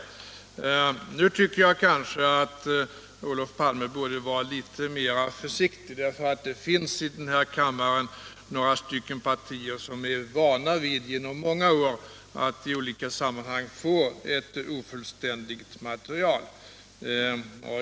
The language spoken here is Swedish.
Olof Palme borde kanske vara litet mer försiktig, därför att det finns i den här kammaren några partier som i många år varit vana vid att i olika sammanhang få ett ofullständigt material.